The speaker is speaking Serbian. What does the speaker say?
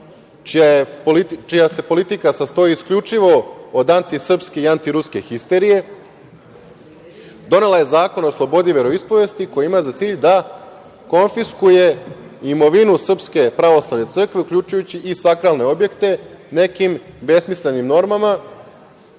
čija se politika sastoji isključivo od antisrpske i antiruske histerije donela je Zakon o slobodi veroispovesti koji ima za cilj da konfiskuje imovinu SPC, uključujući i sakralne objekte nekim besmislenim normama,